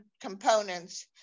components